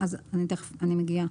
אני מגיעה.